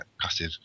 passive